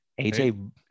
AJ